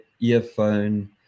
earphone